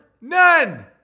None